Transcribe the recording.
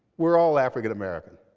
we're all african-american.